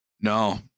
No